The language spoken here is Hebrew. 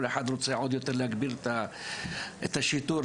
כל אחד רוצה להגביר את השיטור עוד יותר,